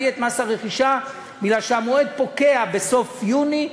את מס הרכישה מפני שהמועד פוקע בסוף יוני,